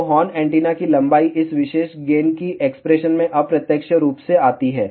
तो horn antenna की लंबाई इस विशेष गेन की एक्सप्रेशन में अप्रत्यक्ष रूप से आती है